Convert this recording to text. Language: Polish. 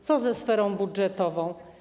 Co ze sferą budżetową?